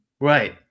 Right